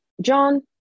John